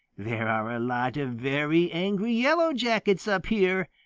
there are a lot of very angry yellow jackets up here,